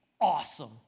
awesome